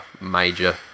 major